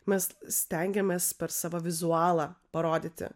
mes stengiamės per savo vizualą parodyti